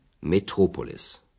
Metropolis